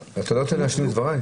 אתה לא נותן לי להשלים את דבריי?